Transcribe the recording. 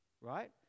Right